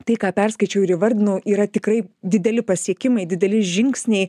tai ką perskaičiau ir įvardinau yra tikrai dideli pasiekimai dideli žingsniai